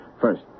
First